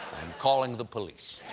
i'm calling the police.